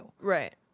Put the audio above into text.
Right